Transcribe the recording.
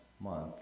month